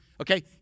Okay